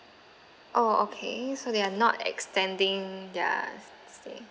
orh okay so they are not extending their stay